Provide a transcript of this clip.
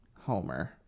Homer